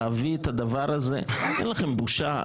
להביא את הדבר הזה אין לכם בושה?